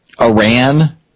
Iran